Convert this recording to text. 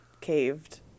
caved